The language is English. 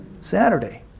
Saturday